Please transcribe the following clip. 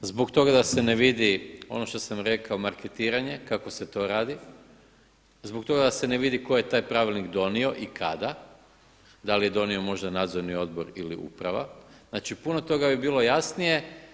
Zbog toga da se ne vidi ono što sam rekao marketiranje, kako se to radi, zbog toga da se ne vidi tko je taj pravilnik donio i kada, da li je donio možda nadzorni odbor ili uprava, znači puno toga bi bilo jasnije.